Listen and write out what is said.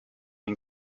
den